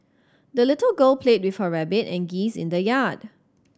the little girl played with her rabbit and geese in the yard